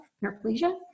paraplegia